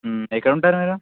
ఎక్కడుంటారు మీరు